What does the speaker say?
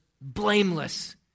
blameless